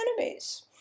enemies